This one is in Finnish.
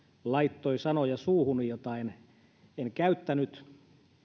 laittoi suuhuni sanoja joita en käyttänyt